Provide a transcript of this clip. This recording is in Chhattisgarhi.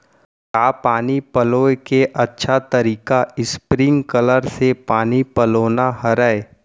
का पानी पलोय के अच्छा तरीका स्प्रिंगकलर से पानी पलोना हरय?